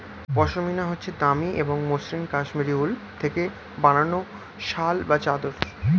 পশমিনা হচ্ছে দামি এবং মসৃন কাশ্মীরি উল থেকে বানানো শাল বা চাদর